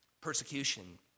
persecution